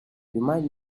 remind